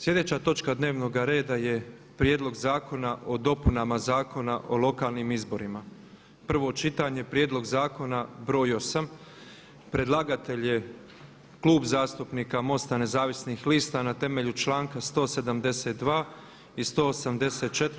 Sljedeća točka dnevnog reda je: - Prijedlog zakona o dopunama Zakona o lokalnim izborima, prvo čitanje, Prijedlog zakona br. 8.; Predlagatelj je Klub zastupnika MOST-a Nezavisnih lista na temelju članka 172. i 184.